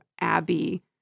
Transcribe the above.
Abby